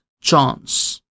chance